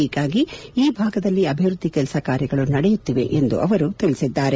ಹೀಗಾಗಿ ಈ ಭಾಗದಲ್ಲಿ ಅಭಿವೃದ್ದಿ ಕೆಲಸ ಕಾರ್ಯಗಳು ನಡೆಯುತ್ತಿವೆ ಎಂದು ಅವರು ತಿಳಿಸಿದ್ದಾರೆ